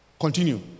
Continue